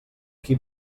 qui